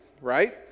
right